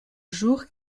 jour